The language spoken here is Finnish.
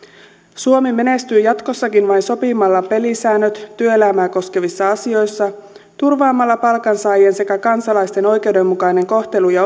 suomi menestyy jatkossakin vain sopimalla pelisäännöt työelämää koskevissa asioissa turvaamalla palkansaajien sekä kansalaisten oikeudenmukaisen kohtelun ja